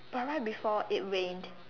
but right before it rained